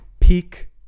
peak